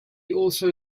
also